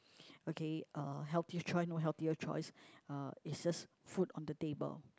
okay uh healthy choice no healthier choice it's just food on the table